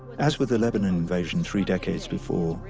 as with the lebanon invasion three decades before,